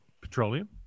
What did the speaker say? petroleum